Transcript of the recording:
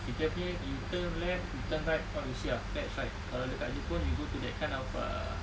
kita punya you turn left you turn right all you see are flats right kalau dekat jepun you go to that kind of a